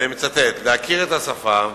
"להכיר את השפה,